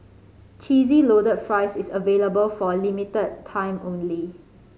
Cheesy Loaded Fries is available for a limited time only